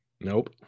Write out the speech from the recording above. Nope